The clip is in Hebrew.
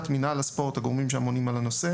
מינהל הספורט הגורמים שאמונים על הנושא